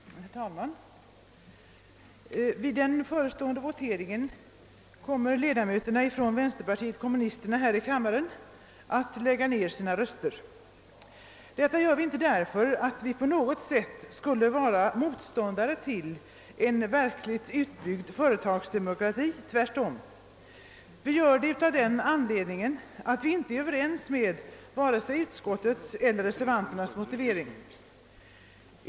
Herr talman! Vid den förestående voteringen kommer ledamöterna från vänsterpartiet kommunisterna att lägga ned sina röster. Anledningen därtill är inte att vi är motståndare till en verkligt utbyggd företagsdemokrati — tvärt om. Anledningen är i stället att vi inte kan instämma i vare sig utskottets eller reservanternas motivering.